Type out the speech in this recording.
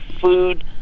food